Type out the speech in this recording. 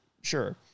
Sure